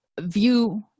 view